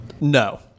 no